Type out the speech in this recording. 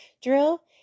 drill